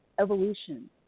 evolution